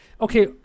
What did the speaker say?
okay